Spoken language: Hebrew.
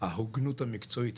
ההוגנות המקצועית,